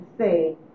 say